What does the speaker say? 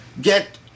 get